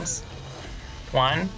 One